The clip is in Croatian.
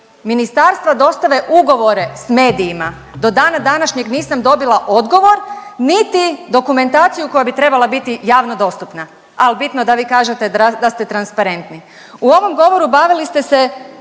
ministarstva dostave ugovore s medijima. Do dana današnjeg nisam dobila odgovor niti dokumentaciju koja bi trebala biti javno dostupna. Ali bitno da vi kažete da ste transparentni. U ovom govoru bavili ste se